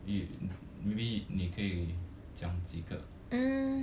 maybe maybe 你可以讲几个